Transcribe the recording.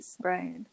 Right